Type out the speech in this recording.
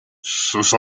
sus